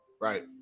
Right